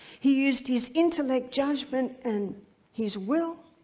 he used his intellect, judgment, and his will,